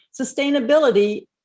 Sustainability